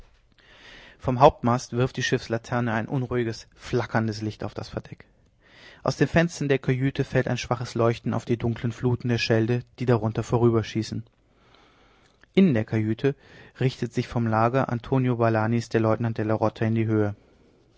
vom hauptmast wirft die schiffslaterne ein unruhiges flackerndes licht über das verdeck aus den fenstern der kajüte fällt ein schwaches leuchten auf die dunkeln fluten der schelde die darunter vorüberschießen in der kajüte richtet sich von dem lager antonio valanis der leutnant leone della rota in die höhe